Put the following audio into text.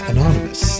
Anonymous